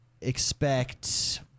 expect